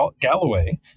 Galloway